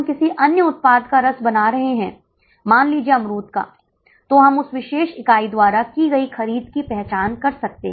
तो पीवीआर कितना है क्या आप प्रत्येक परिदृश्य के लिए पीवी अनुपात की गणना करने में सक्षम हैं